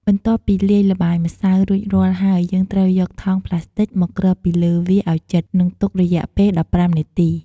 បន្ទាប់ពីលាយល្បាយម្សៅរួចរាល់ហើយ យើងត្រូវយកថង់ប្លាស្ទិចមកគ្របពីលើវាឱ្យជិត និងទុករយៈពេល១៥នាទី។